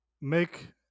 Make